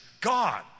God